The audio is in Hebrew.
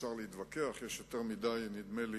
אפשר להתווכח, נדמה לי